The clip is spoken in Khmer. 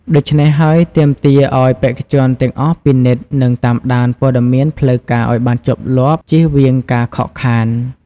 ដូច្នេះហើយ ទាមទារឲ្យបេក្ខជនទាំងអស់ពិនិត្យ និងតាមដានព័ត៌មានផ្លូវការឲ្យបានជាប់លាប់ ជៀសវាងការខកខាន។